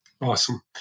Awesome